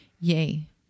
yea